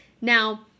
Now